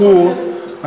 אני אומר באופן ברור,